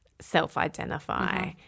self-identify